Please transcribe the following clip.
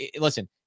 listen